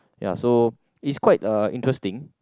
ya so is quite uh interesting